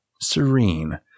serene